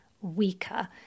weaker